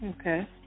Okay